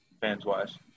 fans-wise